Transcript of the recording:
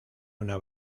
una